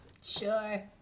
Sure